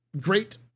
great